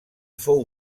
fou